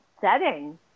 setting